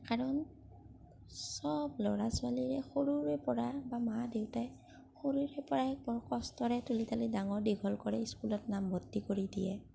কাৰণ চব ল'ৰা ছোৱালীৰে সৰুৰে পৰা বা মা দেউতাই সৰুৰে পৰাই বৰ কষ্টেৰে তুলি তালি ডাঙৰ দীঘল কৰে স্কুলত নাম ভৰ্তি কৰি দিয়ে